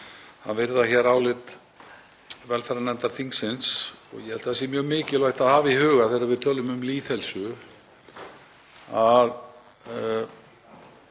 að virða álit velferðarnefndar þingsins. Ég held að það sé mjög mikilvægt að hafa í huga þegar við tölum um lýðheilsu að